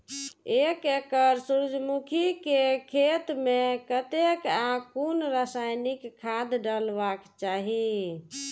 एक एकड़ सूर्यमुखी केय खेत मेय कतेक आ कुन रासायनिक खाद डलबाक चाहि?